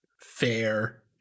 Fair